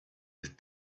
with